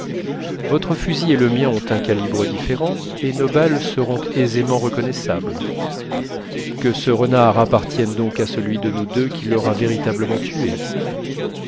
votre fusil et le mien ont un calibre différent et nos balles seront aisément reconnaissables que ce renard appartienne donc à celui de nous deux qui l'aura véritablement tué